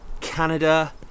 Canada